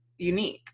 Unique